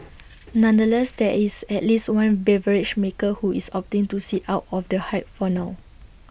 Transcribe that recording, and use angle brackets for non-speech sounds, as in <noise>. <noise> nonetheless there is at least one beverage maker who is opting to sit out of the hype for now